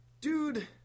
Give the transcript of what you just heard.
dude